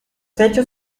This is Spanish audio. hechos